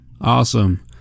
Awesome